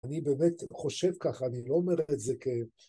אני באמת חושב ככה, אני לא אומר את זה כ...